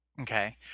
Okay